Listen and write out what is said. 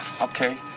Okay